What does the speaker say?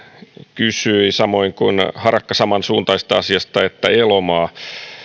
kysyi samoin kuin harakka ja elomaa samansuuntaisesta asiasta ensinnäkin